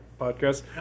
podcast